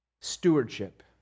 Stewardship